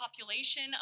population